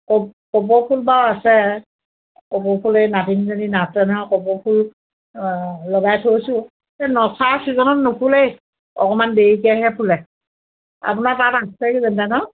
কব কপৌ ফুল বাৰু আছে কপৌ ফুল এই নাতিনীজনী নাচে নহয় এই কপৌ ফুল লগাই থৈছোঁ এই নচাৰ ছিজনত নুফুলেই অকণমান দেৰিকৈহে ফুলে আপোনাৰ তাত আছে